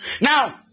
Now